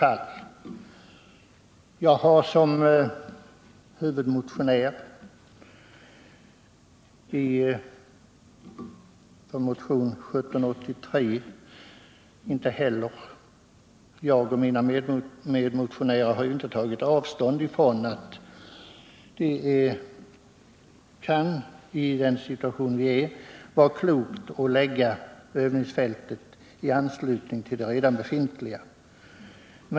Varken jag eller mina medmotionärer har i motionen 1783 tagit avstånd från att det i nuvarande situation kan vara klokt att förlägga övningsfältet i anslutning till det redan befintliga.